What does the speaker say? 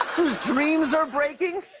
whose dreams are breaking?